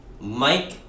Mike